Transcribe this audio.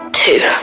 two